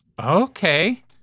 Okay